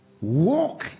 Walk